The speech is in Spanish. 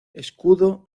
escudo